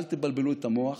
אל תבלבלו את המוח.